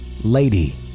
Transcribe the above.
Lady